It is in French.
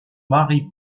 mari